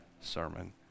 sermon